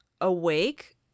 awake